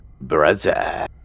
Brother